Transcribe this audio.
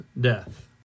death